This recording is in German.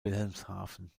wilhelmshaven